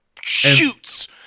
shoots